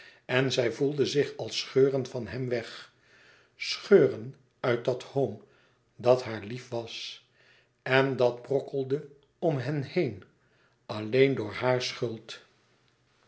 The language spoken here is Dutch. en zij voelde zich als scheuren van hem weg scheuren uit dat home dat haar lief was en dat brokkelde om hen heen alleen door hàre schuld